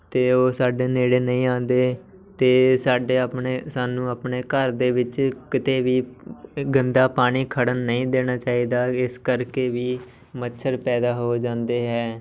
ਅਤੇ ਉਹ ਸਾਡੇ ਨੇੜੇ ਨਹੀਂ ਆਉਂਦੇ ਅਤੇ ਸਾਡੇ ਆਪਣੇ ਸਾਨੂੰ ਆਪਣੇ ਘਰ ਦੇ ਵਿੱਚ ਕਿਤੇ ਵੀ ਗੰਦਾ ਪਾਣੀ ਖੜ੍ਹਨ ਨਹੀਂ ਦੇਣਾ ਚਾਹੀਦਾ ਇਸ ਕਰਕੇ ਵੀ ਮੱਛਰ ਪੈਦਾ ਹੋ ਜਾਂਦੇ ਹੈ